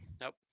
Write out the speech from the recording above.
Nope